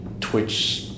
Twitch